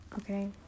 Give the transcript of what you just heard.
Okay